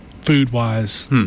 food-wise